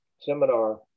seminar